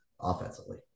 offensively